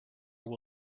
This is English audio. will